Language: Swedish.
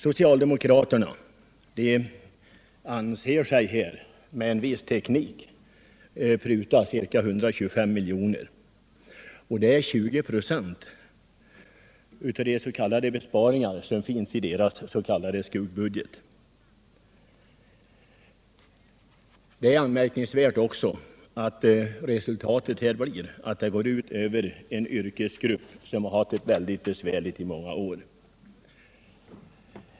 Socialdemokraterna anser sig med en viss teknik pruta 125 milj.kr. Det är 20 96 av de s.k. besparingar som finns i deras ”skuggbudget”. Det är anmärkningsvärt att detta går ut över en yrkesgrupp som i många år haft det mycket besvärligt.